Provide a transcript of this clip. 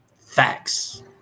Facts